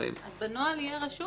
בנוהל יהיה רשום